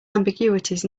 ambiguities